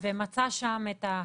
ומצא שם את ההפרה.